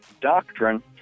doctrine